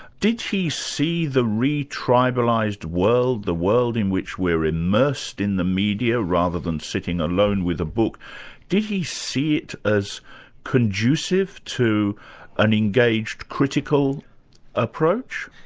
did he see the retribalised world the world in which we are immersed in the media rather than sitting alone with a book did he see it as conducive to an engaged critical approach?